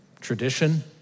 tradition